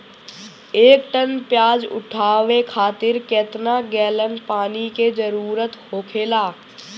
एक टन प्याज उठावे खातिर केतना गैलन पानी के जरूरत होखेला?